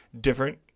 different